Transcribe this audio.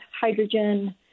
hydrogen